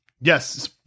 Yes